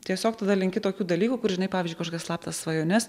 tiesiog tada linki tokių dalykų kur žinai pavyzdžiui kažkokias slaptas svajones